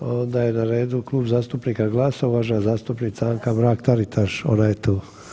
Ona je na redu Klub zastupnika GLAS-a, uvažena zastupnica Anka Mrak Taritaš, ona je tu.